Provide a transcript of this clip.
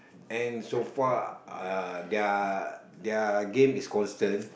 and so far uh their their game is constant